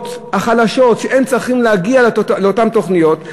חלשות שצריכות להגיע לאותן תוכניות,